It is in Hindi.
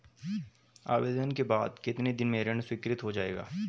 आवेदन के बाद कितने दिन में ऋण स्वीकृत हो जाएगा?